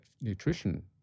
nutrition